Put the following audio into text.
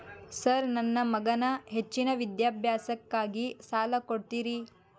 Sir ನನ್ನ ಮಗನ ಹೆಚ್ಚಿನ ವಿದ್ಯಾಭ್ಯಾಸಕ್ಕಾಗಿ ಸಾಲ ಕೊಡ್ತಿರಿ?